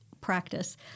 practice